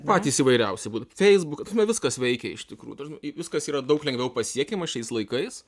patys įvairiausi būtų feisbukas viskas veikia iš tikrųjų viskas yra daug lengviau pasiekiama šiais laikais